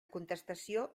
contestació